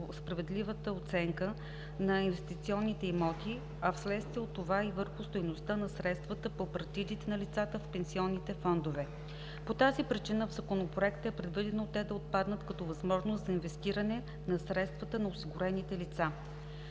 справедливата оценка на инвестиционните имоти, а вследствие от това и върху стойността на средствата по партидите на лицата в пенсионните фондове. По тази причина в Законопроекта е предвидено те да отпаднат като възможност за инвестиране на средствата на осигурените лица.